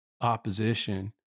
opposition